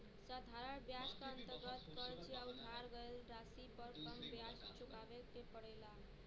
साधारण ब्याज क अंतर्गत कर्ज या उधार गयल राशि पर कम ब्याज चुकावे के पड़ेला